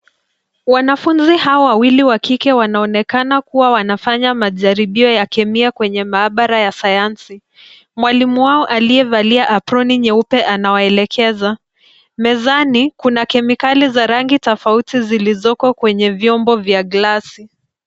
Wanafunzi hawa wawili wa kike wanaonekana kuwa wanafanya majaribio ya Kemia kwenye maabara ya Sayansi, mwalimu wao aliyevalia aproni nyeupe anawaelekeza .Mezani, kuna kemikali za rangi tofauti ziliko kwenye vyombo vya glasi.